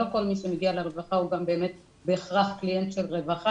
לא כל מי שמגיע לרווחה הוא גם באמת בהכרח קליינט של רווחה.